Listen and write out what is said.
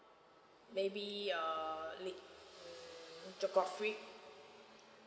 maybe err lit~ mm geography